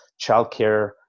childcare